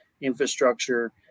infrastructure